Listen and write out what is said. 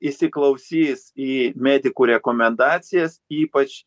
įsiklausys į medikų rekomendacijas ypač